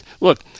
look